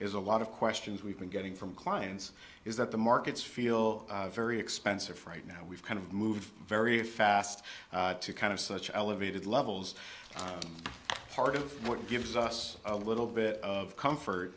is a lot of questions we've been getting from clients is that the markets feel very expensive right now we've kind of moved very fast to kind of such elevated levels part of what gives us a little bit of comfort